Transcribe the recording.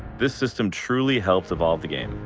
this system truly helped evolve the game.